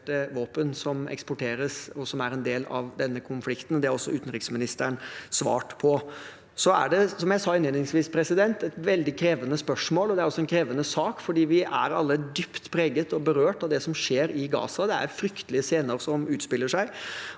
våpen som eksporteres og er en del av denne konflikten. Det har også utenriksministeren svart på. Som jeg sa innledningsvis, er det et veldig krevende spørsmål. Det er også en krevende sak, for vi er alle dypt preget og berørt av det som skjer i Gaza. Det er fryktelige scener som utspiller seg.